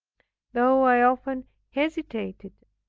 though i often hesitated,